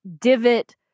divot